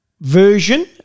version